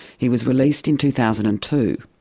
he was released in two thousand and two.